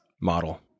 model